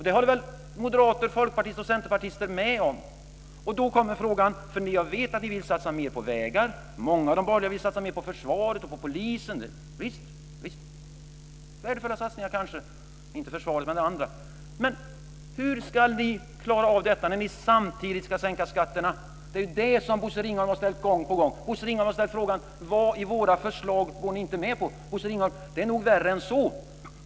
Det håller moderater, folkpartister och centerpartister med om. Då kommer frågan: Jag vet att ni vill satsa mer på vägar, många av de borgerliga vill satsa mer på försvaret och på polisen, visst, det kanske är värdefulla satsningar - inte försvaret, men det andra - men hur ska ni klara av detta när ni samtidigt ska sänka skatterna? Det är det som Bosse Ringholm har frågat gång på gång. Vad i våra förslag går ni inte med på? har han frågat. Bosse Ringholm! Det är nog värre än så.